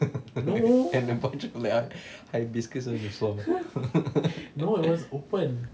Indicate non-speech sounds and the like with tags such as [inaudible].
[laughs] hibiscus on the floor [laughs]